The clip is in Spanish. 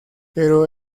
pero